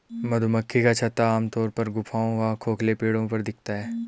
मधुमक्खी का छत्ता आमतौर पर गुफाओं व खोखले पेड़ों पर दिखता है